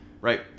right